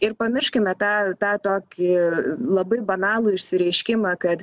ir pamirškime tą tą tokį labai banalų išsireiškimą kad